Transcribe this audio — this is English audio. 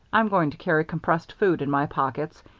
i'm going to carry compressed food in my pockets,